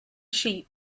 sheep